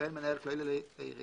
ובאין מנהל כללי לעירייה,